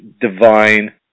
divine